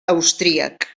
austríac